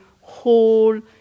whole